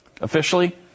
officially